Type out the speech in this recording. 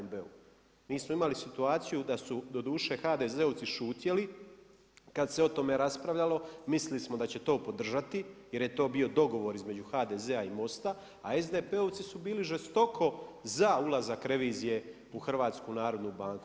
Mi smo imali situaciju da su doduše, HDZ-ovci šutjeli kad se o tome raspravljalo, mislili smo da će to podržati jer je to bio dogovor između HDZ-a i MOST-a, a SDP-ovci su bili žestoko za ulazak revizije u HNB.